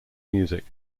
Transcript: music